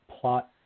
plot